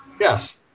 Yes